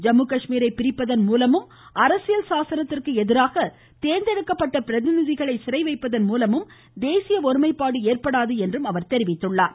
ஜம்மு காஷ்மீரை பிரிப்பதன் மூலமும் அரசியல் சாசனத்திற்கு எதிராக தேர்ந்தெடுக்கப்பட்ட பிரதிநிதிகளை சிறைவைப்பதன் மூலமும் தேசிய ஒருமைப்பாடு ஏற்படாது என்றும் குறிப்பிட்டுள்ளார்